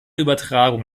übertragung